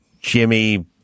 Jimmy